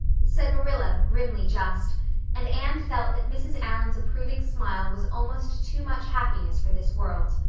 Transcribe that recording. said marilla, grimly just and anne felt that mrs. allan's approving smile was almost too much happiness for this world.